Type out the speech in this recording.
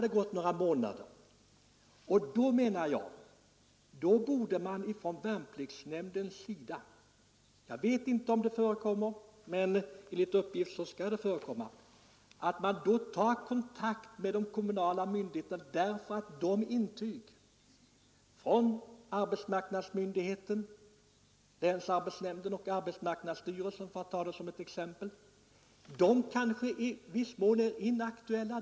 Då borde man från värnpliktsnämndens sida — jag vet inte om så sker men enligt uppgift skall det förekomma — ta kontakt med de kommunala myndigheterna, därför att de intyg som man fått från arbetsmarknadsmyndigheterna, t.ex. länsarbetsnämnden och arbetsmarknadsstyrelsen, kanske i viss mån är inaktuella.